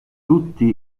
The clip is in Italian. tutti